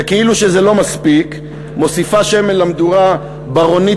וכאילו זה לא מספיק מוסיפה שמן למדורה ברונית